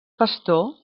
pastor